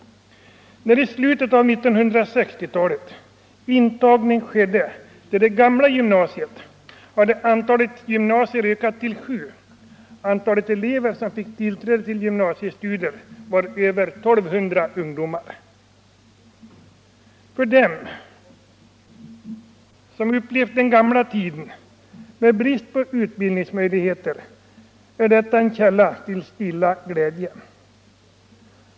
När i slutet av 1960-talet intagning skedde till det ”gamla” gymnasiet hade antalet gymnasier ökat till sju. Antalet elever som fick tillträde till gymnasiestudier var över 1 200. För dem som upplevt den gamla tiden med brist på utbildningsmöjligheter är detta en källa till stilla glädje.